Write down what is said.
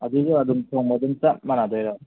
ꯑꯗꯨꯁꯨ ꯑꯗꯨꯝ ꯊꯣꯡꯕ ꯑꯗꯨꯝ ꯆꯞ ꯃꯥꯟꯅꯗꯣꯏꯔꯣ